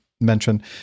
mention